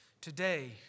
Today